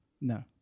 No